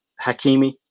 Hakimi